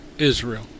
Israel